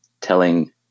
telling